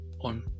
on